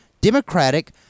Democratic